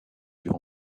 dure